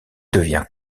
devient